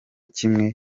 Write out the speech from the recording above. kimwe